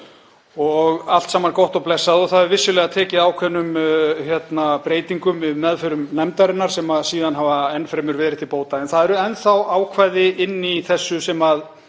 og allt saman gott og blessað. Það hefur vissulega tekið ákveðnum breytingum í meðförum nefndarinnar sem hafa enn fremur verið til bóta. En það eru enn þá ákvæði inni í þessu sem